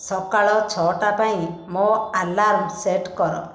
ସକାଳ ଛଅଟା ପାଇଁ ମୋ ଆଲାର୍ମ ସେଟ୍ କର